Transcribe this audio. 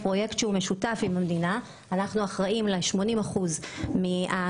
זה פרויקט משותף לנו ולמדינה שאנחנו אחראיים ל-80% מהמימון.